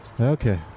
Okay